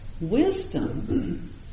Wisdom